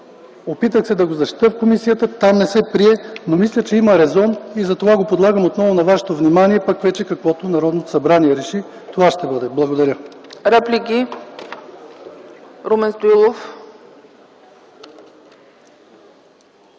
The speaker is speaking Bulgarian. Опитах се да го защитя в комисията, там не се прие. Мисля, че има резон и затова го предлагам отново на вашето внимание, пък вече каквото Народното събрание реши, това ще бъде. Благодаря. ПРЕДСЕДАТЕЛ